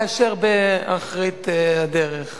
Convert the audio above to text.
מאשר באחרית הדרך